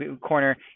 corner